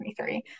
2023